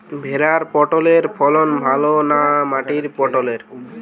ভেরার পটলের ফলন ভালো না মাটির পটলের?